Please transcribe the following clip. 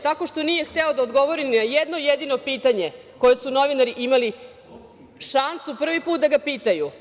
Tako što nije hteo da odgovori ni na jedno jedino pitanje koje su novinari imali šansu prvi put da ga pitaju.